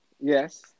Yes